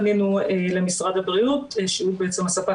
פנינו למשרד הבריאות שהוא בעצם הספק